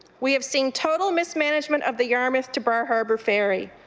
we have seen total mismanagement of the yarmouth to bar harbour ferry.